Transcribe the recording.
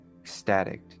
ecstatic